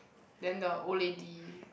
then the old lady